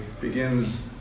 begins